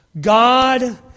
God